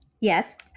Yes